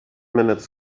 minutes